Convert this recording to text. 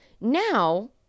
Now